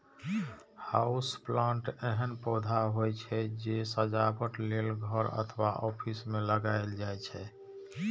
house plant एहन पौधा होइ छै, जे सजावट लेल घर अथवा ऑफिस मे लगाएल जाइ छै